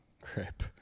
Crap